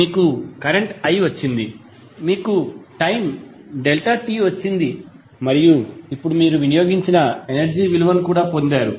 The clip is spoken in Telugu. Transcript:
మీకు కరెంట్ i వచ్చింది మీకు టైమ్ ∆t వచ్చింది మరియు ఇప్పుడు మీరు వినియోగించిన ఎనర్జీ విలువను కూడా పొందారు